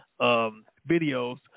videos